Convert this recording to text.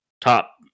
top